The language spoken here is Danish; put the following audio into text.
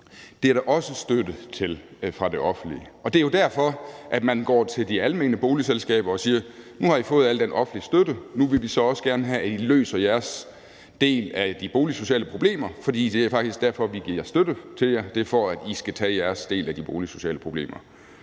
Det er der støtte til fra det offentlige. Og det er jo derfor, at man går til de almene boligselskaber og siger: Nu har I fået al den offentlige støtte, og nu vil vi så også gerne have, at I løser jeres del af de boligsociale problemer, for det er faktisk derfor, vi giver jer støtte. Det er, for at I skal tage jeres del af de boligsociale problemer.